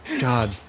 God